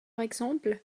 exemple